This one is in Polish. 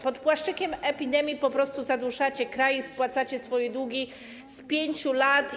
Pod płaszczykiem epidemii po prostu zaduszacie kraj i spłacacie swoje długi z 5 lat.